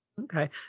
Okay